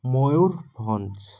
Mayurbhanj